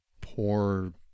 poor